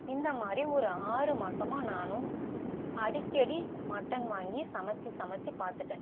இந்தமாதிரி ஒரு ஆறுமாதமா நானும் அடிக்கடி மட்டன் வாங்கி சமைத்து சமைத்து பார்த்துட்டேன்